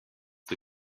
the